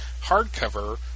hardcover